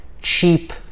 cheap